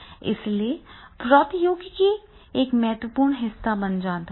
इसलिए प्रौद्योगिकी एक महत्वपूर्ण हिस्सा बन जाता है